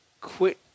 quit